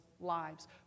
lives